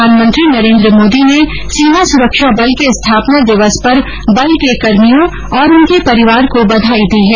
प्रधानमंत्री नरेन्द्र मोदी ने सीमा सुरक्षा बल के स्थापना दिवस पर बल के कर्मियों और उनके परिवार को बधाई दी है